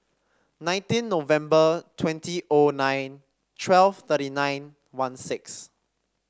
nineteen November twenty O nine twelve thirty nine one six